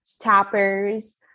tappers